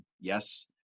yes